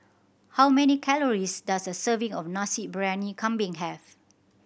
how many calories does a serving of Nasi Briyani Kambing have